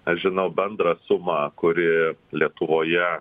aš žinau bendrą sumą kuri lietuvoje